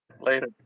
Later